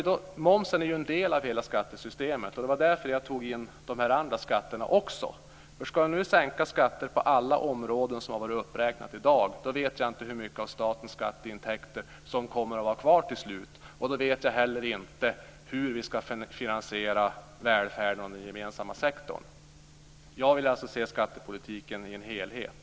Momsen är ju en del av hela skattesystemet. Och det var därför som jag tog in de andra skatterna också. Om vi nu ska sänka skatter på alla områden som har räknats upp i dag, då vet jag inte hur mycket av statens skatteintäkter som kommer att vara kvar till slut. Och då vet jag inte heller hur vi ska finansiera välfärden och den gemensamma sektorn. Jag vill alltså se skattepolitiken i en helhet.